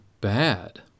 bad